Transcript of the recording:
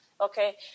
okay